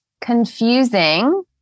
confusing